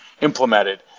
implemented